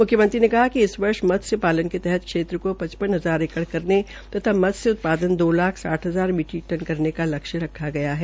मुख्यमंत्री ने कहा कि इस वर्ष मत्स्य पालन के तहत क्षेत्र के पचपन हजार एकड़ करने तथा मत्स्य उत्पादन दो लाख साठ हजार मीट्रिक टन करने का लक्ष्य रखा गया है